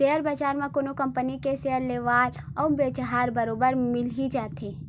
share बजार म कोनो कंपनी के सेयर लेवाल अउ बेचहार बरोबर मिली जाथे